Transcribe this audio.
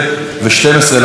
כנוסח הוועדה.